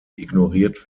ignoriert